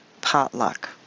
Potluck